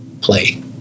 play